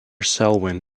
selwyn